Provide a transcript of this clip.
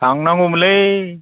थांनांगौमोनलै